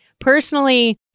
Personally